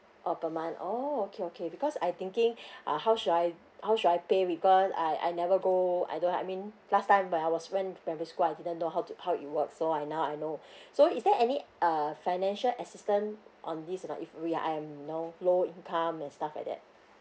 oh per month oh okay okay because I thinking uh how should I how should I pay because I I never go I don't I mean last time when I was went primary school I didn't know how to how it works so I now I know so is there any uh financial assistance on this you know if we're um you know low income and stuff like that